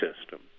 system